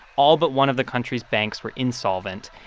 all but one of the country's banks were insolvent.